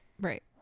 Right